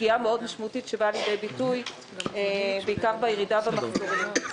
פגיעה משמעותית מאוד שבאה לידי ביטוי בעיקר בירידה במחזורים.